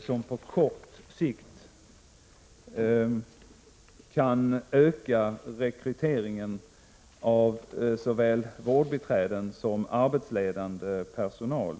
som på kort sikt kan öka rekryteringen av såväl vårdbiträden som arbetsledande personal.